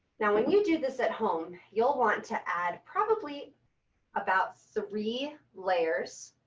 now, when you do this at home, you'll want to add probably about so three layers